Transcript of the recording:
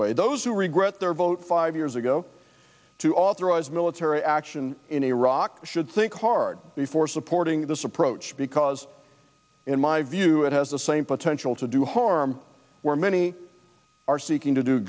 way those who regret their vote five years ago to authorize military action in iraq should think hard before supporting this approach because in my view it has the same potential to do harm where many are seeking to do